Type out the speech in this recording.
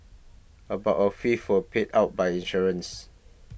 about a fifth was paid out by insurance